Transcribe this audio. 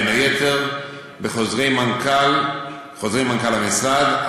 בין היתר בחוזרי מנכ"ל המשרד,